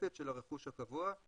המופחתת של הרכוש הקבוע,